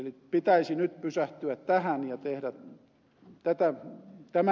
eli pitäisi nyt pysähtyä tähän ja tehdä tämä